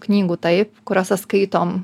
knygų taip kuriose skaitom